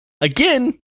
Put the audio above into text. again